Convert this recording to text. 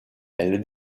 elle